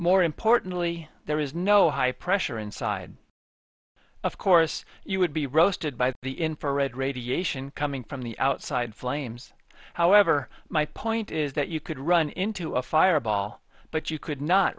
more importantly there is no high pressure inside of course you would be roasted by the infrared radiation coming from the outside flames however my point is that you could run into a fireball but you could not